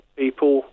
people